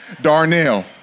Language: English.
Darnell